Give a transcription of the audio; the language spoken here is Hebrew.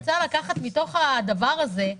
אני רוצה לקחת מתוך הדבר הזה,